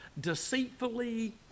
deceitfully